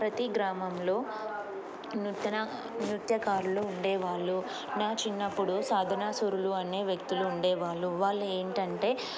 ప్రతి గ్రామంలో నృతన నృత్యకారులు ఉండేవాళ్ళు నా చిన్నప్పుడు సాధనా సురులు అనే వ్యక్తులు ఉండేవాళ్ళు వాళ్ళు ఏంటంటే